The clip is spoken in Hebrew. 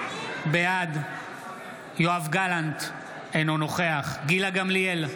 בעד יואב גלנט, אינו נוכח גילה גמליאל,